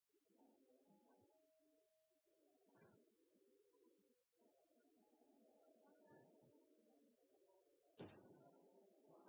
partia, men det er